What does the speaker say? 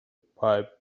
pipe